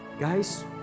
Guys